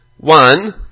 one